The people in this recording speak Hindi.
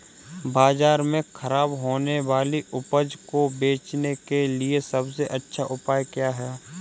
बाजार में खराब होने वाली उपज को बेचने के लिए सबसे अच्छा उपाय क्या है?